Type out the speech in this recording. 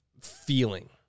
feeling